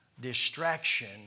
distraction